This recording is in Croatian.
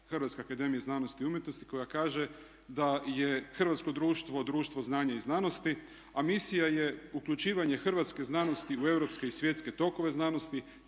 Hrvatske akademije znanosti i umjetnosti koja kaže da je hrvatsko društvo, društvo znanja i znanosti, a misija je uključivanje hrvatske znanosti u europske i svjetske tokove znanosti